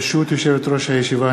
ברשות יושבת-ראש הישיבה,